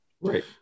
Right